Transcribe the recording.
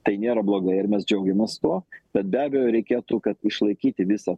tai nėra blogai ir mes džiaugiamės tuo bet be abejo reikėtų kad išlaikyti visą